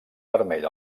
vermell